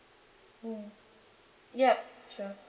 mm ya sure